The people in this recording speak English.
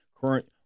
current